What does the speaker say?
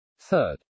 Third